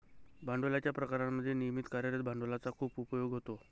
भांडवलाच्या प्रकारांमध्ये नियमित कार्यरत भांडवलाचा खूप उपयोग होतो